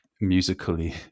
musically